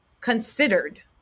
considered